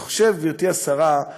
אני חושב, גברתי השרה,